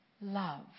love